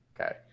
Okay